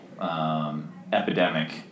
Epidemic